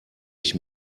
ich